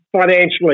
financially